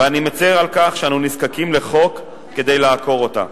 ואני מצר על כך שאנו נזקקים לחוק כדי לעקור אותה,